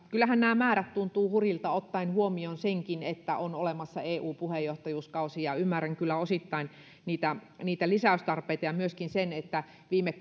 kyllähän nämä määrät tuntuvat hurjilta ottaen huomioon senkin että on olemassa eu puheenjohtajuuskausi ja ymmärrän kyllä osittain niitä niitä lisäystarpeita ja myöskin sen että viime